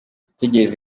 gutegereza